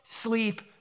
sleep